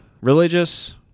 religious